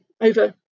over